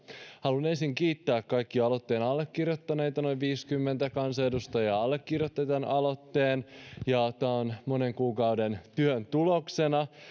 haluan ensin kiittää kaikkia aloitteen allekirjoittaneita noin viisikymmentä kansanedustajaa allekirjoitti aloitteen ja tämä on monen kuukauden työn tuloksena